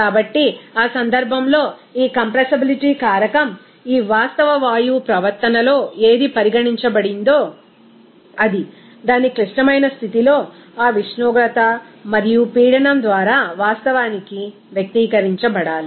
కాబట్టి ఆ సందర్భంలో ఈ కంప్రెసిబిలిటీ కారకం ఈ వాస్తవ వాయువు ప్రవర్తనలో ఏది పరిగణించబడిందో అది దాని క్లిష్టమైన స్థితిలో ఆ ఉష్ణోగ్రత మరియు పీడనం ద్వారా వాస్తవానికి వ్యక్తీకరించబడాలి